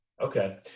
Okay